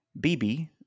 BB